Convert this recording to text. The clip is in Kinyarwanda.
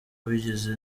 wigize